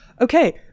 okay